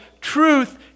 Truth